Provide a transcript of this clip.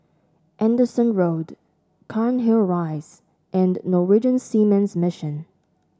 Anderson Road Cairnhill Rise and Norwegian Seamen's Mission